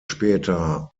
später